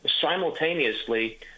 simultaneously